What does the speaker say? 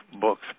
books